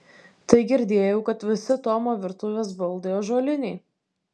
tai girdėjau kad visi tomo virtuvės baldai ąžuoliniai